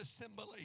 assembly